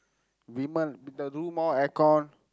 Vimal the room more aircon